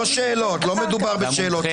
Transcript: לא שאלות, לא מדובר בשאלות.